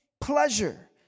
pleasure